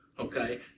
Okay